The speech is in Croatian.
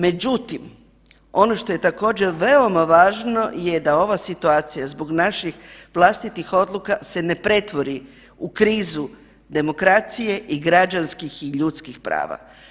Međutim, ono što je također veoma važno je da ova situacija zbog naših vlastitih odluka se ne pretvori u krizu demokracije i građanskih i ljudskih prava.